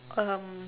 um